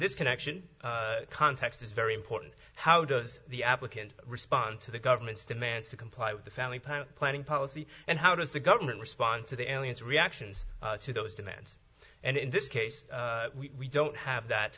this connection context is very important how does the applicant respond to the government's demands to comply with the family planning policy and how does the government respond to the aliens reactions to those demands and in this case we don't have that